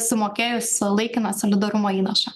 sumokėjus laikiną solidarumo įnašą